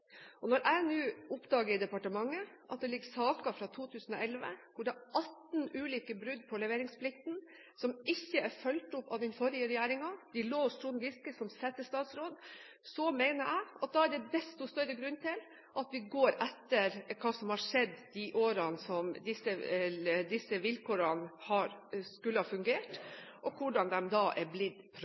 Når jeg nå oppdaget at det i departementet ligger saker fra 2011, hvor det er 18 ulike brudd på leveringsplikten som ikke er fulgt opp av den forrige regjeringen – de lå hos Trond Giske som var settestatsråd – mener jeg at det da er desto større grunn til at vi går etter hva som har skjedd de årene som disse vilkårene har skullet fungere, og hvordan de er blitt